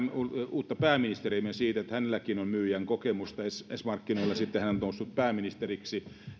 uutta pääministeriämme siitä että hänellä on myyjänkin kokemusta s ryhmän markkinoilta sitten hän on noussut pääministeriksi